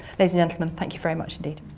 ladies and gentlemen, thank you very much indeed.